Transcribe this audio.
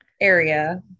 area